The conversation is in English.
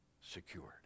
secured